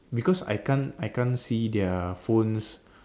because I can't I can't see their phones